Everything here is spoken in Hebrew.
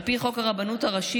על פי חוק הרבנות הראשית,